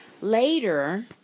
later